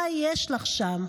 מה יש לך שם?